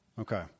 Okay